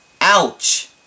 Ouch